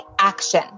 action